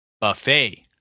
Buffet